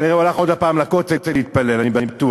כנראה הוא הלך עוד פעם לכותל להתפלל, אני בטוח,